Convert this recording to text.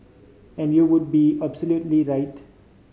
and you would be absolutely right